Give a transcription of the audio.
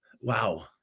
wow